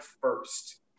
first